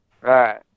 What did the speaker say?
right